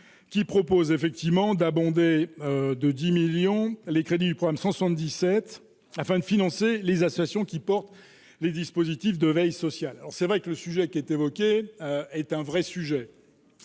qui propose effectivement d'abonder de 10 millions les crédits du programme 177 afin de financer les associations qui porte les dispositifs de veille sociale, alors c'est vrai que le sujet qui est évoqué est un vrai sujet,